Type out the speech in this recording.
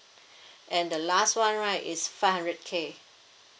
and the last one right is five hundred K